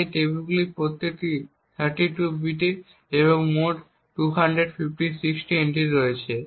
তাই এই টেবিলগুলির প্রতিটি 32 এর বিট এবং মোট 256টি এন্ট্রি রয়েছে